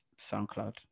soundcloud